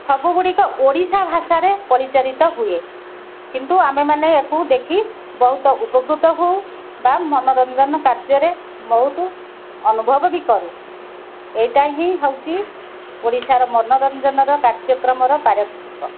ସବୁଗୁଡ଼ିକ ଓଡ଼ିଶା ଭାଷାରେ ପରିଚାରିତ ହୁଏ କିନ୍ତୁ ଆମେମାନେ ୟାକୁ ଦେଖି ବହୁତ ଉପକୃତ ହଉ ବା ମନୋରଞ୍ଜନ କାର୍ଯ୍ୟରେ ବହୁତ ଅନୁଭବ ବି କରୁ ଏଇଟା ହିଁ ହେଉଛି ଓଡ଼ିଶାର ମନୋରଞ୍ଜନର କାର୍ଯ୍ୟକ୍ରମର ପାର